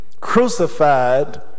crucified